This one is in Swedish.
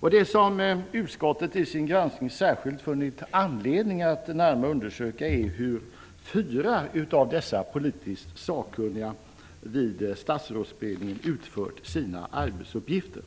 Det som utskottet i sin granskning särskilt funnit anledning att närmare undersöka är hur fyra av dessa politiskt sakkunniga vid statsrådsberedningen utfört sina arbetsuppgifter.